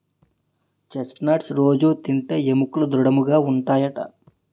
chest nuts రొజూ తింటే ఎముకలు దృడముగా ఉంటాయట